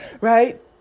right